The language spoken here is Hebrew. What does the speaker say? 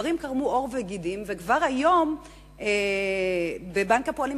דברים קרמו עור וגידים וכבר היום בבנק הפועלים